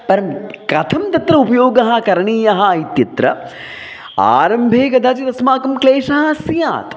परं कथं तत्र उपयोगः करणीयः इत्यत्र आरम्भे कदाचित् अस्माकं क्लेशः स्यात्